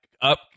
up